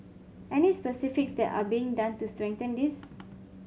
any specifics that are being done to strengthen this